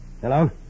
Hello